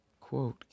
Quote